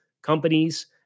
companies